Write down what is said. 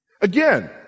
Again